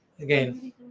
again